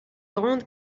grande